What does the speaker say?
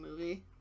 movie